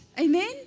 Amen